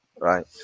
Right